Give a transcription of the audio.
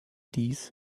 dies